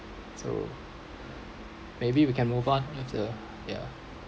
so maybe we can move on of the yeah